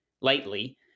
lightly